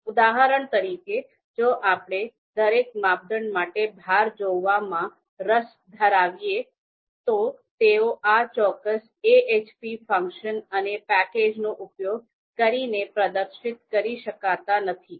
ઉદાહરણ તરીકે જો આપણે દરેક માપદંડ માટે ભાર જોવામાં રસ ધરાવીએ તો તેઓ આ ચોક્કસ AHP ફંક્શન અને પેકેજનો ઉપયોગ કરીને પ્રદર્શિત કરી શકાતા નથી